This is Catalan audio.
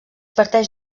parteix